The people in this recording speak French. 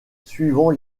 suivant